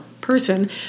person